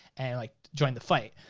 and like join the fight.